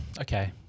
Okay